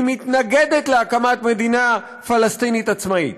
היא מתנגדת להקמת מדינה פלסטינית עצמאית.